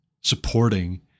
supporting